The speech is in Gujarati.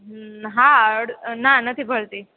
હા ના નથી ભરતી